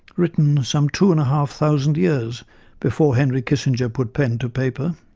written some two and a half thousand years before henry kissinger put pen to paper.